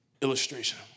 Illustration